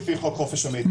לפי חוק חופש המידע.